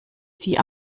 sie